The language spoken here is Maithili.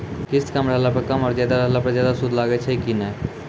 किस्त कम रहला पर कम और ज्यादा रहला पर ज्यादा सूद लागै छै कि नैय?